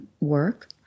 work